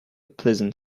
pleasant